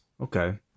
Okay